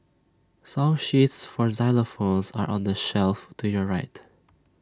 song sheets for xylophones are on the shelf to your right